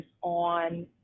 on